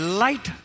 light